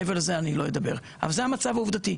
מעבר לזה אני לא אדבר, אבל זה המצב העובדתי.